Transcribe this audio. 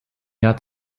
jahr